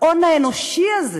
ההון האנושי הזה